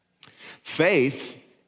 Faith